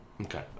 Okay